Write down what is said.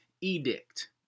edict